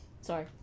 sorry